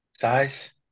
Size